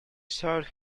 served